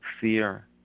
Fear